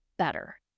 better